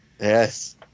Yes